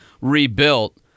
rebuilt